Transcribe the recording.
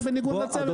וזה בניגוד לדרך.